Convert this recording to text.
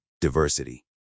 diversity